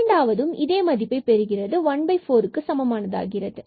இரண்டாவது 4 x2y2 இதே மதிப்பு ¼ சமமானது ஆகிறது